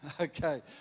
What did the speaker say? Okay